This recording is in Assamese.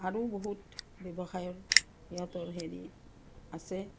আৰু বহুত ব্যৱসায়ৰ সিহঁতৰ হেৰি আছে